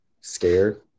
scared